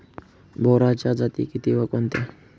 बोराच्या जाती किती व कोणत्या?